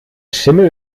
schimmel